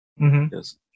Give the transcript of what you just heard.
yes